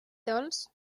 dolç